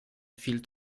viel